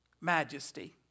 Majesty